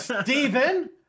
Steven